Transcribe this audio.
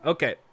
Okay